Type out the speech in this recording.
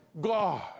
God